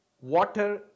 water